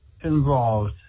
involved